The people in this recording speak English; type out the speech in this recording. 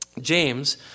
James